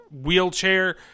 wheelchair